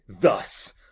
thus